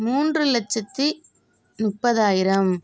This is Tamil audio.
மூன்று லட்சத்து முப்பதாயிரம்